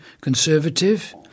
Conservative